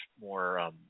more –